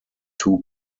two